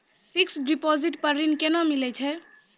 Fixed deposit पर ऋण केना मिलै छै?